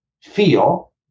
feel